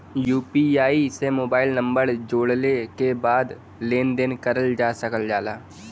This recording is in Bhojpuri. यू.पी.आई से मोबाइल नंबर जोड़ले के बाद लेन देन करल जा सकल जाला